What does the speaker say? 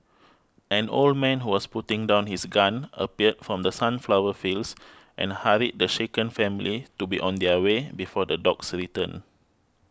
an old man who was putting down his gun appeared from the sunflower fields and hurried the shaken family to be on their way before the dogs return